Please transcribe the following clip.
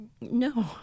No